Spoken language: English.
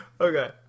Okay